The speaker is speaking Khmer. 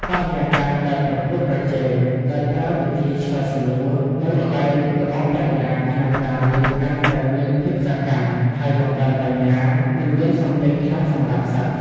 បរិយាកាសបែបប្រកួតប្រជែង ដោយប្រើវិធីឆ្លើយសំណួរ និងល្បែងល្បងប្រាជ្ញាក្នុងការរៀនកាន់តែមានភាពសកម្ម ហើយបង្កើនបញ្ញា មិនមានសម្ពាធខ្លាំងសម្រាប់សិស្ស។